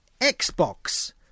Xbox